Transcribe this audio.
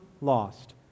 lost